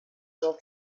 will